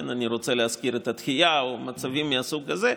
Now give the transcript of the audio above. אני רוצה להזכיר את התחיה או מצבים מהסוג הזה,